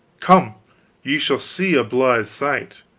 come ye shall see a blithe sight.